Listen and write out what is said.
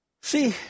See